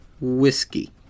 Whiskey